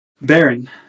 Baron